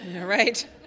Right